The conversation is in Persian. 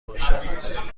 باشد